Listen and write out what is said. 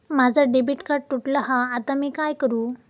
माझा debit card तुटला हा आता मी काय करू?